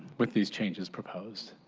with these changes proposed.